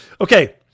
Okay